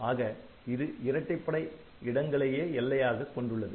ஆக இது இரட்டைப்படை இடங்களையே எல்லையாகக் கொண்டுள்ளது